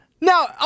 Now